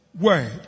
word